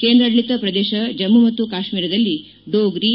ಕೇಂದ್ರಾಡಳಿತ ಪ್ರದೇಶ ಜಮ್ಮ ಮತ್ತು ಕಾಶ್ಮೀರದಲ್ಲಿ ಡೋಗ್ರಿ